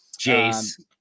Jace